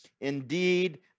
Indeed